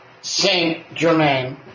Saint-Germain